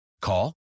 Call